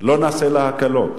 לא נעשה לה הקלות,